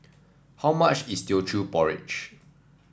how much is Teochew Porridge